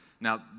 Now